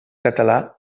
català